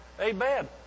Amen